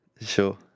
Sure